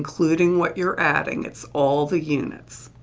including what you're adding. it's all the units.